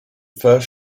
first